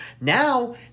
Now